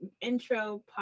intro